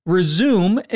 Resume